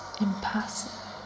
impassive